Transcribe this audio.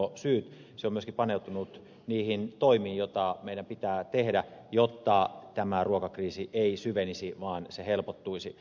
se on myöskin paneutunut niihin toimiin joita meidän pitää tehdä jotta ruokakriisi ei syvenisi vaan se helpottuisi